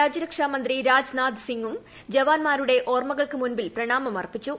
രാജ്യ രക്ഷാ മന്ത്രി രാജ് നാഥ് സിംഗും ജവാന്മാരുടെ ഓർമ്മകൾക്ക് മുമ്പിൽ പ്രണാമം അർപ്പിച്ചു